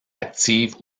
active